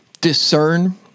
discern